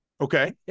Okay